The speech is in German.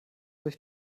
durch